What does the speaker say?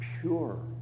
pure